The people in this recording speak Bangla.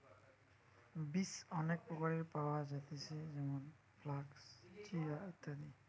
বীজ অনেক প্রকারের পাওয়া যায়তিছে যেমন ফ্লাক্স, চিয়া, ইত্যাদি